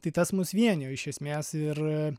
tai tas mus vienijo iš esmės ir